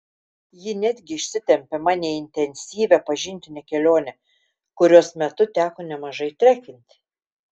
ji netgi išsitempė mane į intensyvią pažintinę kelionę kurios metu teko nemažai trekinti